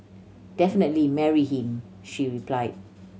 definitely marry him she replied